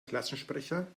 klassensprecher